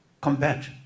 combat